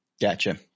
Gotcha